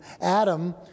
Adam